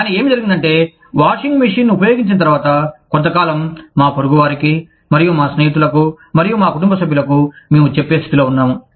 కానీ ఏమి జరిగిందంటే వాషింగ్ మెషీన్ను ఉపయోగించిన తరువాత కొంతకాలం మా పొరుగువారికి మరియు మా స్నేహితులకు మరియు మా కుటుంబ సభ్యులకు మేము చెప్పే స్థితిలో ఉన్నాము